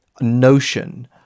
notion